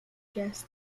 guest